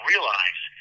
Realize